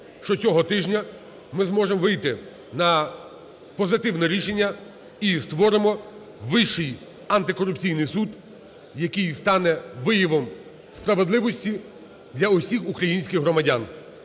що цього тижня ми зможемо вийти на позитивне рішення і створимо Вищий антикорупційний суд, який стане виявом справедливості для всіх українських громадян.